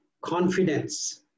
Confidence